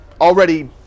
already